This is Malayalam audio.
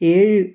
ഏഴ്